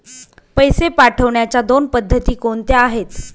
पैसे पाठवण्याच्या दोन पद्धती कोणत्या आहेत?